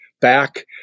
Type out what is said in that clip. back